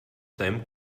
seinem